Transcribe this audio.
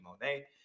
Monet